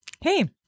Hey